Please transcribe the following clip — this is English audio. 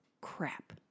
Crap